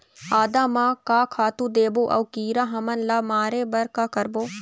आदा म का खातू देबो अऊ कीरा हमन ला मारे बर का करबो?